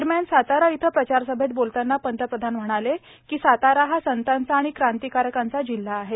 दरम्यान सातारा इथं प्रचार सभैत बोलतांना पंतप्रधान म्हणाले की सातारा हा संताचा आणि क्रांतिकारकांचा जिल्हा आहे